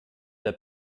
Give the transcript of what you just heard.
der